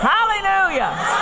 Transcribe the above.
Hallelujah